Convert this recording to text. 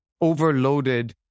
overloaded